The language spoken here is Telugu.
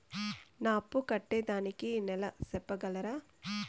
నా అప్పు కట్టేదానికి నెల సెప్పగలరా?